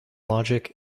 logic